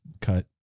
cut